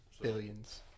Billions